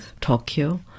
Tokyo